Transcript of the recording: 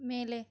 ಮೇಲೆ